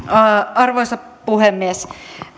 arvoisa puhemies